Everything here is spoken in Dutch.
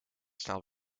snel